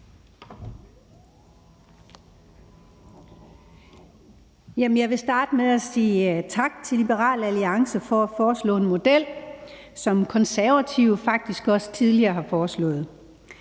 Jeg vil starte med at sige tak til Liberal Alliance for at foreslå en model, som De Konservative faktisk også tidligere har foreslået.